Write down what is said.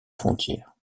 frontière